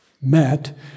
Met